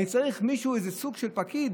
אני צריך איזה סוג של פקיד,